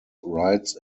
rides